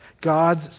God's